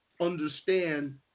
understand